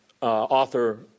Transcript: author